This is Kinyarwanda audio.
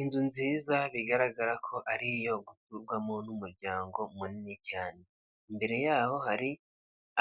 Inzu nziza bigaragara ko ari iyo gukurwamo n'umuryango munini cyane, imbere yaho hari